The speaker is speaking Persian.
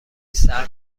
سرد